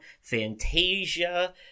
Fantasia